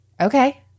Okay